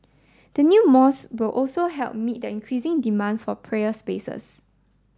the new mosque will also help meet the increasing demand for prayer spaces